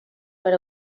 per